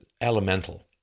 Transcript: elemental